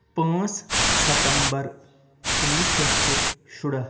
پانٛژھ سَتمبر کُنوُہ شیٚتھ تہٕ شُراہ